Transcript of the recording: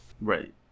right